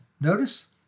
notice